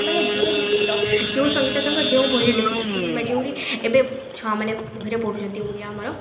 ସେମାନେ ଯେଉଁ ବି ଗୀତ ଯେଉଁ ସଙ୍ଗୀତଙ୍କ ଯେଉଁ ବହିରେ ଲେଖିଛନ୍ତି କିମ୍ବା ଯେଉଁ ବି ଏବେ ଛୁଆମାନେ ବହିରେ ପଢ଼ୁଛନ୍ତି ଓଡ଼ିଆ ଆମର